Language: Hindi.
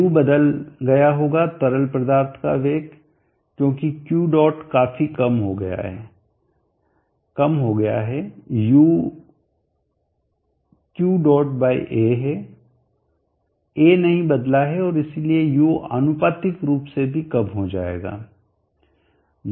u बदल गया होगा तरल पदार्थ का वेग क्योंकि Q डॉट काफी कम हो गया है कम हो गया है u Q डॉट A है A नहीं बदला है और इसलिए u आनुपातिक रूप से भी कम हो जाएगा